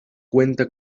cuenta